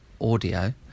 audio